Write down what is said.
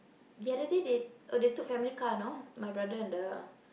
the other day they oh they took family car you know my brother and the